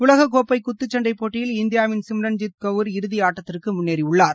உலகக்கோப்பை குத்துச்சண்டை போட்டியில் இந்தியாவின் சிம்ரன்ஜித் கவுர் இறுதி ஆட்டத்திற்கு முன்னேறியுள்ளார்